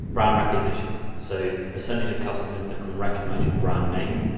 brand recognition. so the percentage of customers that can recognize your brand name,